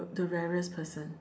the rarest person